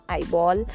Eyeball